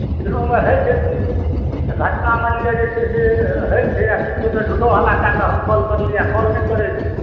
लेकिन ओहिमे होइत छै कि तऽ घटना मानि लिअ जे छै से होइत छै आ किछु गोटे झूठो हल्ला कए देलक हम कॉल करलियै आ कॉल नहि करैत छै